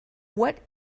what